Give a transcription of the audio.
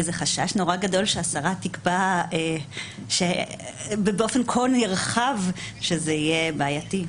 איזה חשש נורא גדול שהשרה תקבע באופן כה נרחב שזה יהיה בעייתי.